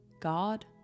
God